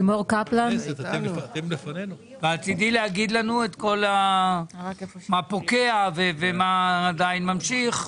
ואת תדעי להגיד לנו מה פוקע ומה עדיין ממשיך?